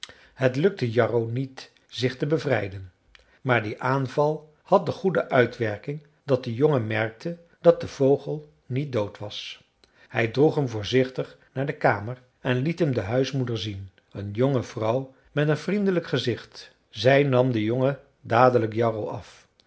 het lukte jarro niet zich te bevrijden maar die aanval had de goede uitwerking dat de jongen merkte dat de vogel niet dood was hij droeg hem voorzichtig naar de kamer en liet hem de huismoeder zien een jonge vrouw met een vriendelijk gezicht zij nam den jongen dadelijk jarro af